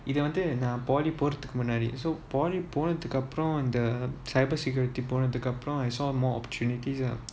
இது வந்து நான்:ithu vanthu naan poly போறதுக்கு முன்னாடி:porathuku munnaadi so poly போனதுக்கு அப்புறம்:ponathuku appuram the cyber security போனதுக்கு அப்புறம்:ponathuku appuram I saw more opportunities ah